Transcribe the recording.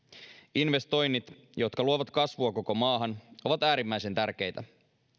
investoinnit jotka luovat kasvua koko maahan ovat äärimmäisen tärkeitä